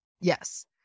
Yes